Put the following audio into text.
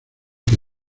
que